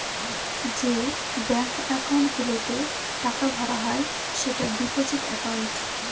যে bank account গুলোতে টাকা ভরা হয় সেটা ডিপোজিট একাউন্ট